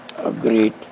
great